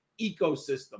ecosystem